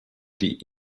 die